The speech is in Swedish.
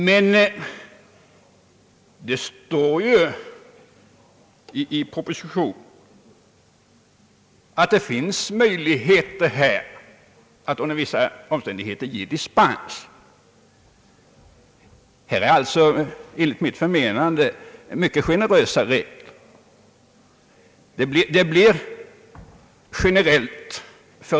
Men det står i propositionen att det kommer att finnas möjligheter att under vissa omständigheter ge dispens. Det är enligt mitt förmenande mycket generösa regler.